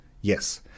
Yes